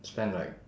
spend like